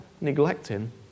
neglecting